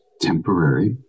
temporary